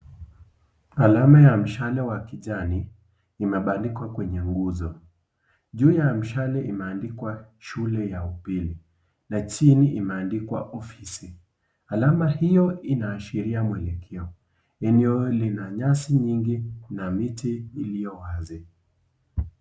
Alama ya mshale wa kijani imebandikwa kwenye nguzo. Juu ya mshale kumeandikwa shule ya upili na chini imeandikwa ofisi. Alama hiyo inaashiria mwelekeo . Eneo lina nyasi nyingi na miti iliyo wazi.